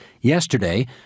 yesterday